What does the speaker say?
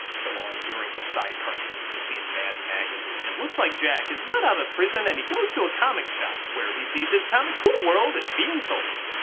so while enduring the side cartoons you see in mad magazine, it looks like jack is let out of prison and he goes to a comic shop where he sees his comic cool world is being sold.